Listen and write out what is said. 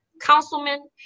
councilman